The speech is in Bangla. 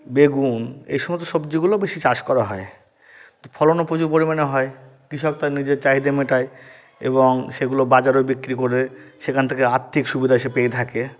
বেগুন এ সমস্ত সবজিগুলো বেশি চাষ করা হয় তো ফলনও প্রচুর পরিমাণে হয় কৃষক তার নিজের চাহিদা মেটায় এবং সেগুলো বাজারেও বিক্রি করে সেখান থেকে আর্থিক সুবিধা সে পেয়ে থাকে